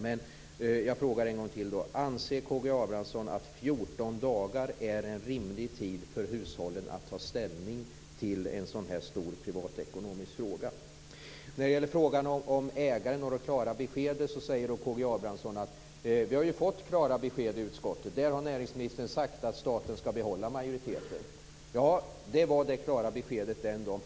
Men jag frågar en gång till: Anser K G Abramsson att 14 dagar är en rimlig tid för hushållen att ta ställning till en så här stor privatekonomisk fråga? K G Abramsson säger att vi har fått klara besked i utskottet. Där har näringsministern sagt att staten ska behålla majoriteten. Det var det klara beskedet den dagen.